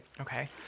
Okay